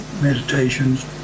meditations